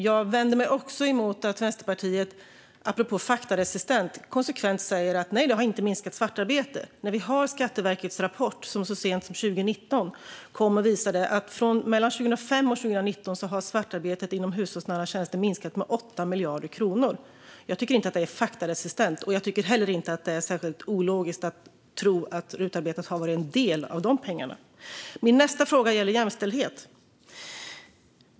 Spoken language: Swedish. Jag vänder mig också mot att Vänsterpartiet apropå faktaresistens konsekvent säger att detta inte har minskat svartarbetet när vi har Skatteverkets rapport som så sent som 2019 visade att svartarbetet inom hushållsnära tjänster 2005-2019 har minskat med 8 miljarder kronor. Jag tycker inte att det är faktaresistent. Jag tycker inte heller att det är särskilt ologiskt att tro att RUT-arbetet har varit en del av dessa pengar. Min nästa fråga gäller jämställdhet.